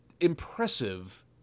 impressive